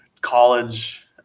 college